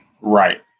Right